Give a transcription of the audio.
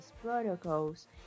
protocols